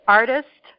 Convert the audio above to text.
artist